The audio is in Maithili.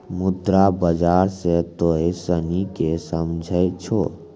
मुद्रा बाजार से तोंय सनि की समझै छौं?